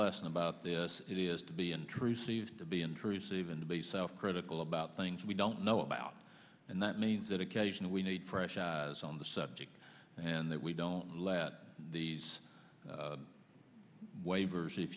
lesson about this it is to be intrusive to be intrusive and to be self critical about things we don't know about and that means that occasion we need fresh eyes on the subject and that we don't let these waivers if